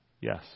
Yes